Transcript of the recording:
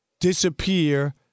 disappear